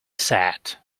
said